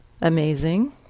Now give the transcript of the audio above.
amazing